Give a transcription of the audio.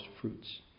fruits